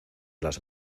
las